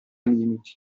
limiti